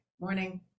Morning